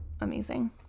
Amazing